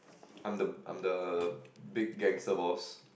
I'm the I'm the err big gangster boss